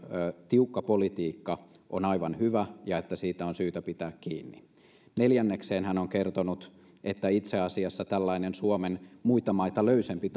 tiukka politiikka on aivan hyvä ja että siitä on syytä pitää kiinni neljännekseen hän on kertonut että itse asiassa tällainen suomen muita maita löysempi